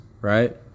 right